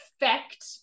effect